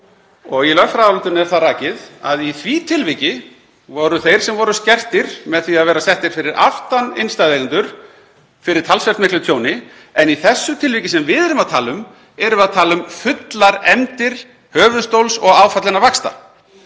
Í lögfræðiálitinu er það rakið að í því tilviki urðu þeir sem voru skertir með því að vera settir fyrir aftan innstæðueigendur fyrir talsvert miklu tjóni. En í þessu tilviki erum við að tala um fullar efndir höfuðstóls og áfallinna vaxta.